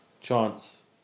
Chance